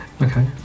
Okay